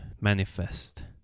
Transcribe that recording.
manifest